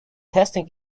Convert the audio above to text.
testing